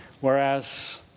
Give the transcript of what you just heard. Whereas